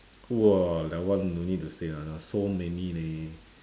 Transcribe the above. !wah! that one don't need to say [one] lah so many leh